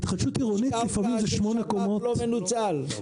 יש קרקע ושפ"פ לא מנוצל.